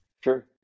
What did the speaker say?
Sure